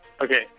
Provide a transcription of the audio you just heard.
Okay